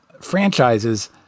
franchises